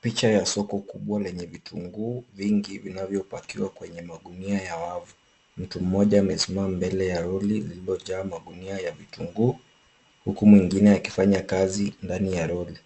Picha ya soko kubwa lenye vitunguu vingi vinavyopakiwa kwenye magunia ya wavu. Mtu mmoja amesimama mbele ya lori iliyojaa magunia ya vitunguu, huku mwingine akifanya kazi ndani ya lori.